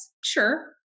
Sure